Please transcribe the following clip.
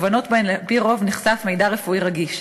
תובענות שבהן על-פי רוב נחשף מידע רפואי רגיש.